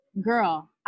Girl